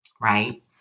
Right